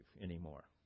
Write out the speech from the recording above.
anymore